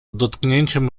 dotknięciem